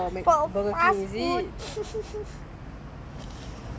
you advertising for burger king is it